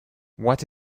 what